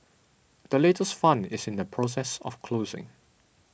the latest fund is in the process of closing